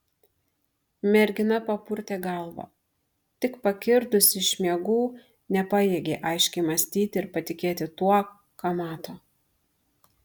mergina papurtė galvą tik pakirdusi iš miegų nepajėgė aiškiai mąstyti ir patikėti tuo ką mato